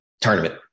tournament